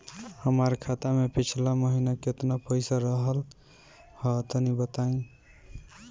हमार खाता मे पिछला महीना केतना पईसा रहल ह तनि बताईं?